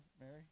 Mary